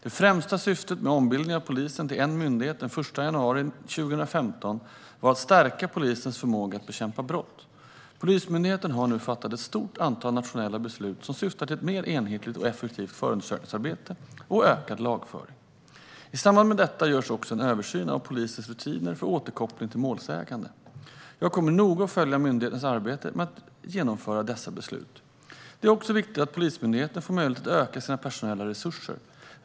Det främsta syftet med ombildningen av polisen till en myndighet den 1 januari 2015 var att stärka polisens förmåga att bekämpa brott. Polismyndigheten har nu fattat ett stort antal nationella beslut som syftar till ett mer enhetligt och effektivt förundersökningsarbete och ökad lagföring. I samband med detta görs också en översyn av polisens rutiner för återkoppling till målsägande. Jag kommer att noga följa myndighetens arbete med att genomföra dessa beslut. Det är också viktigt att Polismyndigheten får möjlighet att öka sina personella resurser.